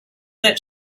that